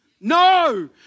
No